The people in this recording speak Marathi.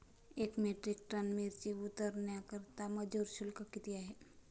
एक मेट्रिक टन मिरची उतरवण्याकरता मजूर शुल्क किती आहे?